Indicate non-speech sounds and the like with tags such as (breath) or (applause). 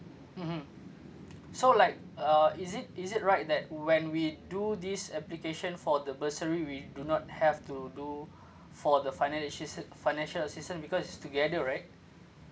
mmhmm so like uh is it is it right that when we do this application for the bursary we do not have to do (breath) for the financial s~ financial assistance because it's together right